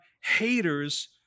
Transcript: haters